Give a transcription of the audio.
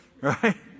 right